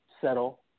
settle